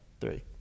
three